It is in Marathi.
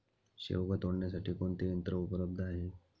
शेवगा तोडण्यासाठी कोणते यंत्र उपलब्ध आहे?